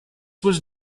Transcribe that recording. was